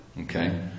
Okay